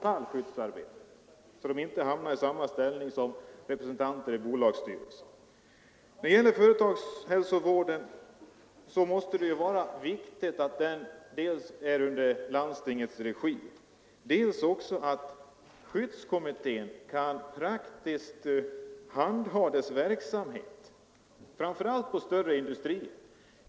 Ledamöterna i skyddskommittén får inte hamna i samma situation som representanterna i bolagsstyrelserna. När det gäller företagshälsovården är det viktigt dels att denna bedrivs i landstingets regi, dels att skyddskommittén kan praktiskt handha denna verksamhet, framför allt i de större företagen.